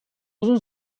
uzun